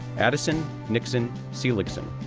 addison nixon seeligson,